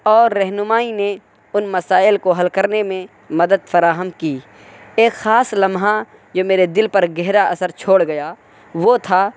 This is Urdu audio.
اور رہنمائی نے ان مسائل کو حل کرنے میں مدد فراہم کی ایک خاص لمحہ جو میرے دل پر گہرا اثرا چھوڑ گیا وہ تھا